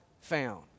found